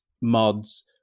mods